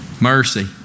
Mercy